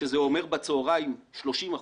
שזה אומר היום 30 אחוזים בצוהריים כדי